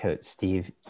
Steve